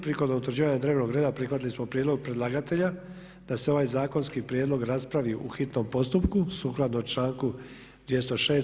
Prilikom utvrđivanja dnevnog reda prihvatili smo prijedlog predlagatelja da se ovaj zakonski prijedlog raspravi u hitnom postupku sukladno članku 206.